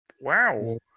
Wow